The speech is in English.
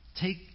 Take